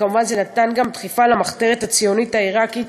כמובן שזה נתן דחיפה למחתרת הציונית העיראקית